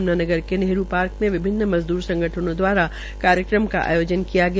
यमुनानगर के नेहरू पार्क में विभिन्न मजदूर संगठनों दवारा कार्यक्रम का आयोजन किया गया